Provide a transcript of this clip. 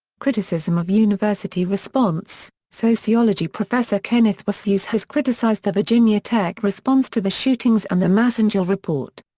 criticism of university response sociology professor kenneth westhues has criticized the virginia tech response to the shootings and the massengill report.